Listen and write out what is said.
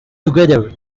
together